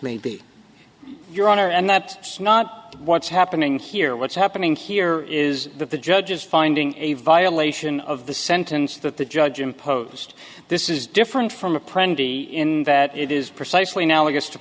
may be your honor and that is not what's happening here what's happening here is that the judge's finding a violation of the sentence that the judge imposed this is different from a prank in that it is precisely now